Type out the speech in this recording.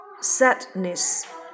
Sadness